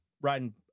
riding